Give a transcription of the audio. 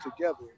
together